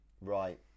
Right